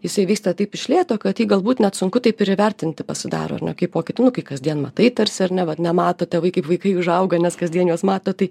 jisai vyksta taip iš lėto kad jį galbūt net sunku taip ir įvertinti pasidaro ar ne kaip pokytį nu kai kasdien matai tarsi ar ne vat nemato tėvai kaip vaikai užauga nes kasdien juos mato tai